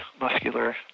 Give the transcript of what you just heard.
muscular